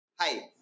Hi